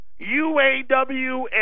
UAW